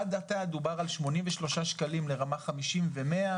עד עתה דובר על 83 שקלים לרמה 50 ו-100,